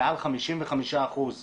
מעל 55 אחוזים מהילדים,